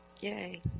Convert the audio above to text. Yay